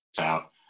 out